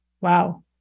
Wow